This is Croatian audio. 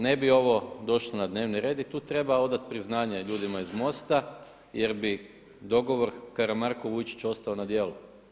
Ne bi ovo došlo na dnevni red i tu treba odat priznanje ljudima iz MOST-a jer bi dogovor Karamarko-Vučić ostao na djelu.